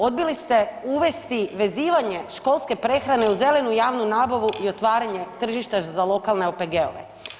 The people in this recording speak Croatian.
Odbili ste uvesti vezivanje školske prehrane uz zelenu javnu nabavu i otvaranje tržišta za lokalne OPG-ove.